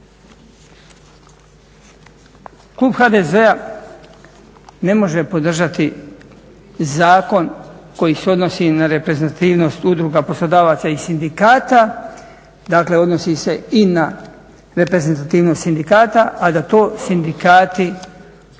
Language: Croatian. Klub HDZ-a ne može podržati zakon koji se odnosi na reprezentativnost udruga, poslodavaca i sindikata, dakle odnosi se i na reprezentativnog sindikata a da to sindikati ne podržavaju